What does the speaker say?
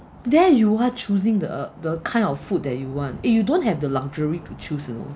there you are choosing the uh the kind of food that you want eh you don't have the luxury to choose you know